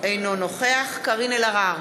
אינו נוכח קארין אלהרר,